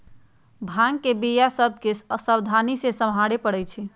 भांग के बीया सभ के सावधानी से सम्हारे परइ छै